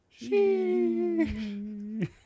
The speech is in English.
Sheesh